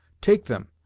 take them,